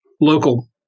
local